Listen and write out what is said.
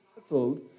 settled